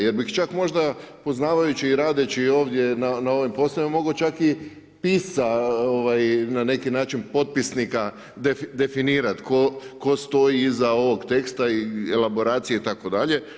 Jer bih čak možda poznavajući i radeći ovdje na ovim poslovima mogao čak i pisca na neki način potpisnika definirati tko stoji iza ovog teksta, elaboracije itd.